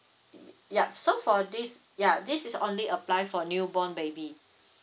yup so for this ya this is only apply for new born baby